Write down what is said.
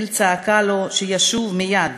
אתל צעקה לו שישוב מייד,